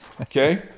okay